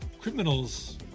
criminals